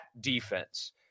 defense –